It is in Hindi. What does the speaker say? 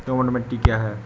दोमट मिट्टी क्या है?